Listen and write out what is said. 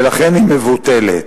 ולכן היא מבוטלת.